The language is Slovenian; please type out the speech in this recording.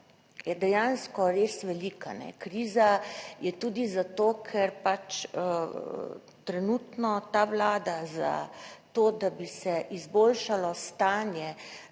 je dejansko res velika. Kriza je tudi zato, ker pač trenutno ta Vlada za to, da bi se izboljšalo stanje.